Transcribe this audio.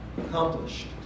accomplished